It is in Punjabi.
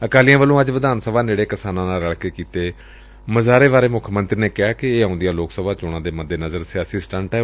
ਅਕਾਲੀਆ ਵੱਲੋ ਅੱਜ ਵਿਧਾਨ ਸਭਾ ਨੇੜੇ ਕਿਸਾਨਾਂ ਨੂੰ ਨਾਲ ਲੈ ਕੇ ਕੀਤੇ ਮੁਜ਼ਾਹਰੇ ਬਾਰੇ ਮੁੱਖ ਮੰਤਰੀ ਨੇ ਕਿਹਾ ਕਿ ਇਹ ਆਉਂਦੀਆਂ ਲੋਕ ਸਭਾ ਚੋਣਾਂ ਦੇ ਮੱਦੇ ਨਜ਼ਰ ਸਿਆਸੀ ਸਟੰਟ ਏ